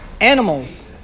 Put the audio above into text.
animals